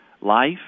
life